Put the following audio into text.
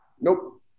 Nope